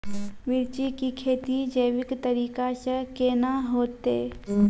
मिर्ची की खेती जैविक तरीका से के ना होते?